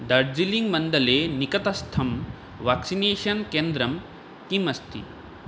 डार्जिलिङ्ग् मण्डले निकटस्थं वाक्सिनेषन् केन्द्रं किम् अस्ति